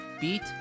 beat